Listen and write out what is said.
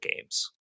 games